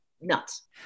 nuts